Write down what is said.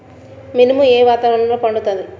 మినుము ఏ వాతావరణంలో పండుతుంది?